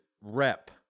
rep